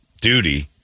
duty